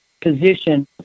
position